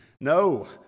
No